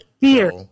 fear